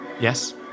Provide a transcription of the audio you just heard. Yes